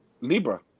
Libra